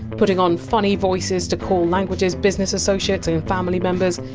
putting on funny voices to call language! s business associates and family members,